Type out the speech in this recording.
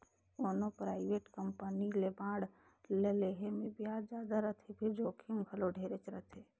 कोनो private company के bond ल लेहे मे बियाज जादा रथे फिर जोखिम घलो ढेरेच रथे